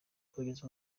kogeza